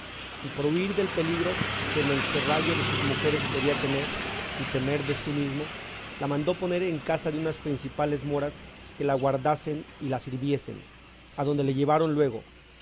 y por huir del peligro que en el serrallo de sus mujeres podía tener y temer de sí mismo la mandó poner en casa de unas principales moras que la guardasen y la sirviesen adonde le llevaron luego